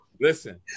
Listen